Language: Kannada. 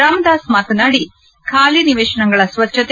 ರಾಮದಾಸ್ ಮಾತನಾದಿ ಖಾಲಿ ನಿವೇಶನಗಳ ಸ್ವಚ್ದತೆ